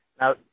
Now